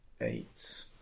eight